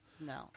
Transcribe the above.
no